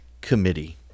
committee